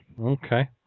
Okay